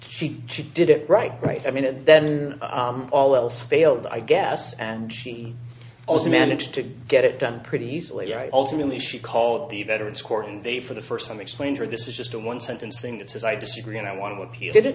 the she did it right right i mean it then all else failed i guess and she also managed to get it done pretty easily ultimately she called the veterans court and they for the first time explained her this is just a one sentence thing that says i disagree and i want you didn't